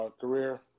career